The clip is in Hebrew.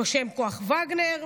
שהם כוח וגנר,